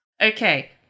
Okay